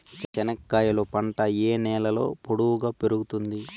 చెనక్కాయలు పంట ఏ నేలలో పొడువుగా పెరుగుతుంది?